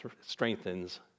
strengthens